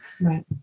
Right